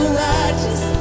righteous